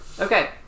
Okay